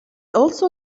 also